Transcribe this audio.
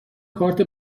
کارت